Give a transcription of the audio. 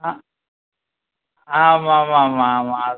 அ ஆமாம் ஆமாம் ஆமாம் ஆமாம்